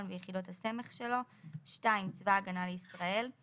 ויחידות הסמך שלו; (2)צבא הגנה לישראל;